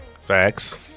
Facts